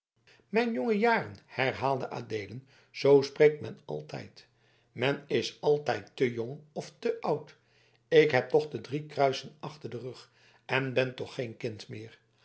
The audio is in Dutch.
mijn jonge jaren herhaalde adeelen zoo spreekt men altijd men is altijd te jong of te oud ik heb toch de drie kruisen achter den rug en ben toch geen kind meer